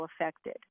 affected